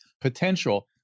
potential